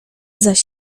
zaś